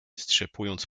strzepując